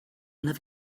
never